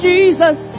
Jesus